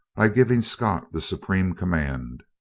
by giving scott the supreme command.